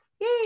Yay